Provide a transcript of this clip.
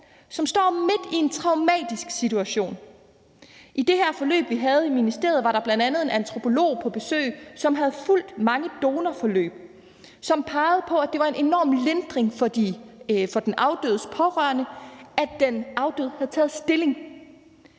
som står midt i en traumatisk situation. I det her forløb, vi havde i ministeriet, var der bl.a. en antropolog på besøg, som havde fulgt mange donorforløb, og som pegede på, at det var en enorm lindring for den afdødes pårørende, at den afdøde havde taget stilling.